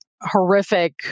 horrific